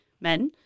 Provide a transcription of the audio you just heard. men